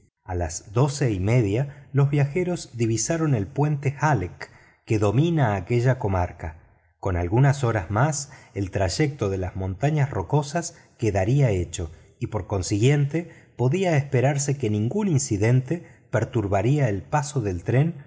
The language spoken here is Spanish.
a las doce y media los viajeros divisaron el puente halleck que domina aquella comarca con algunas horas más el trayecto de las montañas rocosas quedaría hecho y por consiguiente podía esperarse que ningún incidente perturbaría el paso del tren